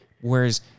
Whereas